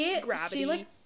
gravity